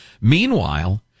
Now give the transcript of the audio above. Meanwhile